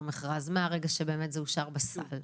מהרגע שבאמת זה אושר בסל,